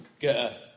get